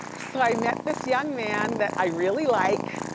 so i met this young man that i really like.